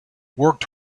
worked